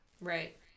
Right